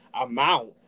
amount